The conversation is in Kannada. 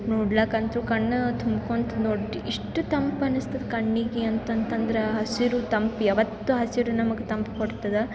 ನೋಡ್ಲಿಕಂತು ಕಣ್ಣ ತುಂಬಿಕೊಂತ್ ನೋಡಿ ಇಷ್ಟು ತಂಪು ಅನಿಸ್ತದೆ ಕಣ್ಣಿಗೆ ಅಂತಂತಂದ್ರೆ ಹಸಿರು ತಂಪು ಯಾವತ್ತು ಹಸಿರು ನಮ್ಗೆ ತಂಪು ಕೊಡ್ತದೆ